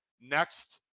next